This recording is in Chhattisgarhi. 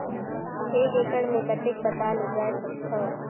एक एकड़ मे कतेक पताल उगाय सकथव?